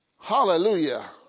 Hallelujah